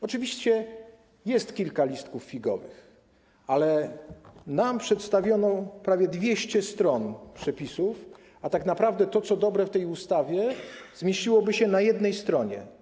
Oczywiście jest kilka listków figowych, ale nam przedstawiono prawie 200 stron przepisów, a tak naprawdę to, co dobre w tej ustawie, zmieściłoby się na jednej stronie.